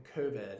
COVID